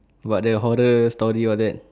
got the horror story all that